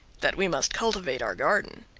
that we must cultivate our garden.